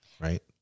right